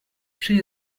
she